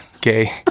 Gay